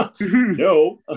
no